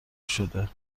شده